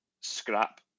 scrap